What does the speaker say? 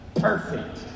perfect